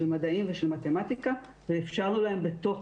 של מדעים ושל מתמטיקה ואפשרנו להם בתוך